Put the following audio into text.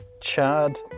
Chad